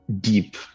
deep